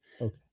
Okay